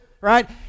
right